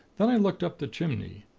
then i looked up the chimney.